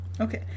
okay